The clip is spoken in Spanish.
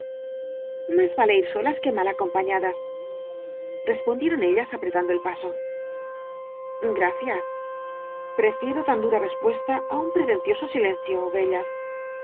más vale ir solas que mal acompañadas res pondieron ellas apretando el paso gracias prefiero tan dura respuesta á un pretencioso silencio bellas